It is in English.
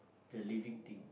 the living thing